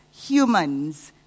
humans